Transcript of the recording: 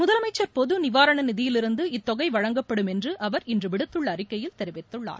முதலமைச்சர் பொது நிவாரண நிதியில் இருந்து இத்தொகை வழங்கப்படும் என்று அவர் இன்று விடுத்துள்ள அறிக்கையில் தெரிவித்துள்ளார்